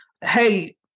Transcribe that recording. Hey